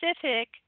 Pacific